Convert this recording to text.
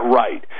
right